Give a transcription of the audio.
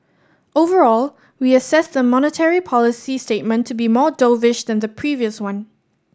overall we assess the monetary policy statement to be more dovish than the previous one